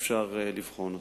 אפשר לבחון.